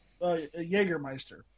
Jägermeister